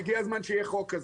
והגיע הזמן שיהיה חוק כזה.